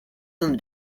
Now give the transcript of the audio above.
them